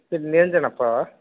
sir Niranjan அப்பாவா